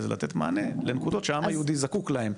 זה לתת מענה לנקודות שהעם היהודי זקוק להן.